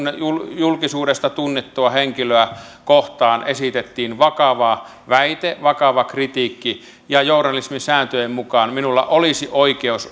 julkisuudesta tunnettua henkilöä kohtaan esitettiin vakava väite vakava kritiikki ja journalismin sääntöjen mukaan minulla olisi ollut oikeus